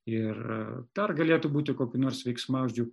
ir dar galėtų būti kokių nors veiksmažodžių